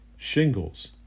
shingles